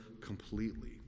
completely